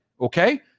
okay